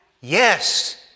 Yes